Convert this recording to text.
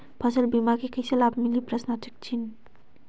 फसल बीमा के कइसे लाभ मिलही?